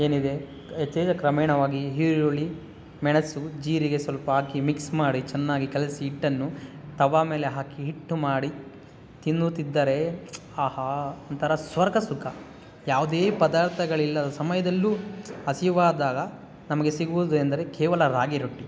ಏನಿದೆ ಹೆಚ್ಚಿದ ಕ್ರಮೇಣವಾಗಿ ಈರುಳ್ಳಿ ಮೆಣಸು ಜೀರಿಗೆ ಸ್ವಲ್ಪ ಹಾಕಿ ಮಿಕ್ಸ್ ಮಾಡಿ ಚೆನ್ನಾಗಿ ಕಲ್ಸಿ ಹಿಟ್ಟನ್ನು ತವಾ ಮೇಲೆ ಹಾಕಿ ಇಟ್ಟು ಮಾಡಿ ತಿನ್ನುತ್ತಿದ್ದರೆ ಆಹಾ ಒಂಥರ ಸ್ವರ್ಗ ಸುಖ ಯಾವುದೇ ಪದಾರ್ಥಗಳಿಲ್ಲದ ಸಮಯದಲ್ಲೂ ಹಸಿವಾದಾಗ ನಮಗೆ ಸಿಗುವುದು ಎಂದರೆ ಕೇವಲ ರಾಗಿ ರೊಟ್ಟಿ